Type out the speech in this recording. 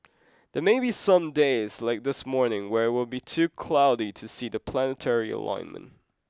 there may be some days like this morning where it will be too cloudy to see the planetary alignment